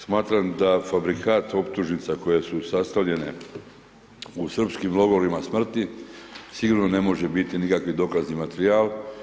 Smatram da fabrikat optužnica koje su sastavljene u srpskim logorima smrti, sigurno ne može biti nikakvi dokazni materijal.